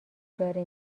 داره